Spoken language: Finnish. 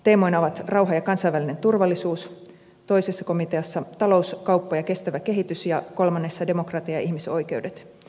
teemoina ovat rauha ja kansainvälinen turvallisuus toisessa komiteassa talous kauppa ja kestävä kehitys ja kolmannessa demokratia ja ihmisoikeudet